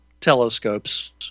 telescopes